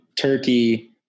turkey